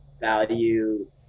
value